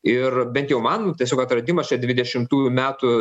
ir bent jau man tiesiog atradimas čia dvidešimtųjų metų